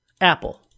Apple